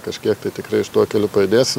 kažkiek tai tikrai šituo keliu pajudėsim